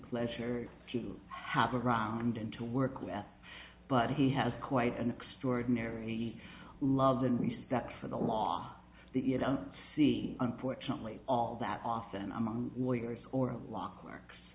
pleasure to have around and to work with but he has quite an extraordinary love and respect for the law that you don't see unfortunately all that often i'm on wires or a lock works